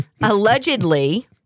Allegedly